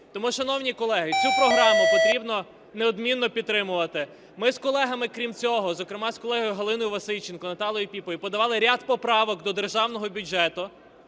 Тому, шановні колеги, цю програму потрібно неодмінно підтримувати. Ми з колегами, крім цього, зокрема з колегою Галиною Васильченко, Наталією Піпою подавали ряд поправок до державного бюджету.